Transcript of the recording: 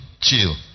chill